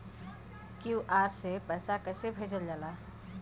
QR से पैसा कैसे भेजल जाला?